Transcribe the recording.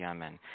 Amen